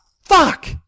fuck